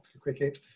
cricket